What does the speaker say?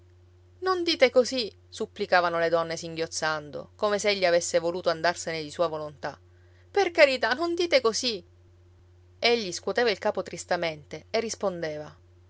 non dite così supplicavano le donne singhiozzando come se egli avesse voluto andarsene di sua volontà per carità non dite così egli scuoteva il capo tristamente e rispondeva